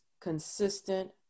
consistent